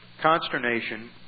consternation